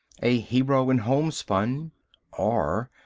a hero in homespun or,